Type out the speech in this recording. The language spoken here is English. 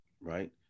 right